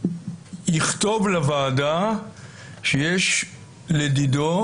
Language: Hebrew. יכתוב לוועדה שיש לדידו,